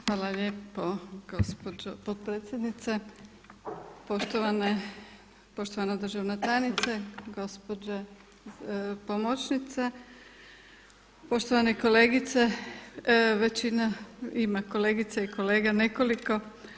Hvala lijepo gospođo potpredsjednice, poštovana državna tajnice, gospođo pomoćnice, poštovane kolegice, većina ima kolegica i kolega nekoliko.